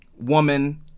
woman